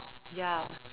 ya